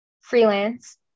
freelance